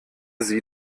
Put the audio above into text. sie